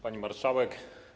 Pani Marszałek!